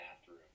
bathroom